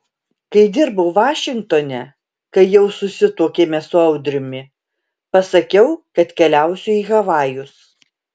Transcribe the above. kai dirbau vašingtone kai jau susituokėme su audriumi pasakiau kad keliausiu į havajus